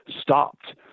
stopped